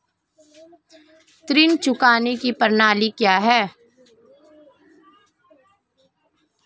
ऋण चुकाने की प्रणाली क्या है?